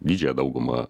didžiąją daugumą